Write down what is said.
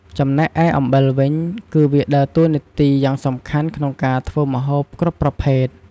ចំណែកឯអំបិលវិញ គឺវាដើរតួយ៉ាងសំខាន់ក្នុងការធ្វើម្ហូបគ្រប់ប្រភេទ។